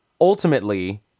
ultimately